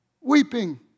weeping